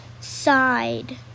side